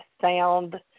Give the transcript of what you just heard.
sound